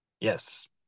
yes